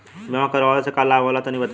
बीमा करावे से का लाभ होला तनि बताई?